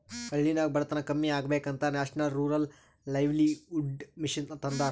ಹಳ್ಳಿನಾಗ್ ಬಡತನ ಕಮ್ಮಿ ಆಗ್ಬೇಕ ಅಂತ ನ್ಯಾಷನಲ್ ರೂರಲ್ ಲೈವ್ಲಿಹುಡ್ ಮಿಷನ್ ತಂದಾರ